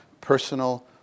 personal